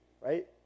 right